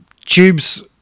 tubes